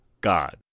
God